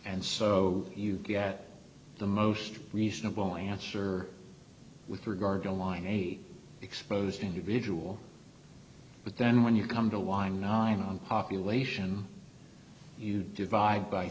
and so you get the most reasonable answer with regard to line eight exposed individual but then when you come to wine knowing on population you divide b